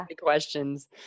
questions